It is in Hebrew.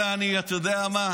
אבל אני מקריא לך את זה עכשיו,